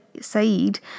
Saeed